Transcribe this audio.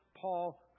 Paul